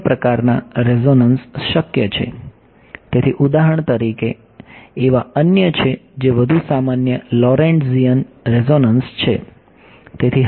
અન્ય પ્રકારના રેઝોનન્સ શક્ય છે તેથી ઉદાહરણ તરીકે એવા અન્ય છે જે વધુ સામાન્ય લોરેન્ટ્ઝિયન રેઝોનન્સ છે